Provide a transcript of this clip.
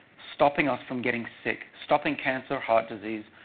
stopping us from getting sick, stopping cancer, heart disease,